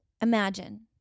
imagine